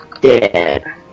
dead